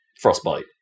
Frostbite